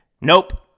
nope